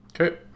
Okay